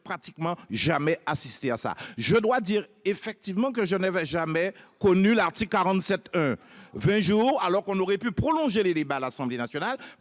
pratiquement. Jamais assisté à ça je dois dire effectivement que je n'avais jamais connu l'article 47. 20 jours alors qu'on aurait pu prolonger les débats à l'Assemblée nationale.